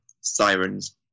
sirens